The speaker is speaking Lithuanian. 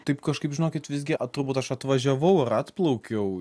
taip kažkaip žinokit visgi turbūt aš atvažiavau ir atplaukiau